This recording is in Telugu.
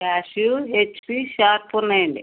క్యాసియో హెచ్పీ షార్ప్ ఉన్నాయి అండి